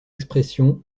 expressions